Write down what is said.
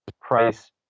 price